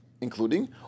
including